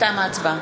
תמה ההצבעה.